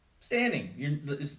standing